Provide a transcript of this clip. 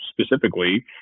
specifically